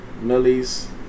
Millie's